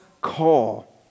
call